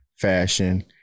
fashion